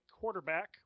quarterback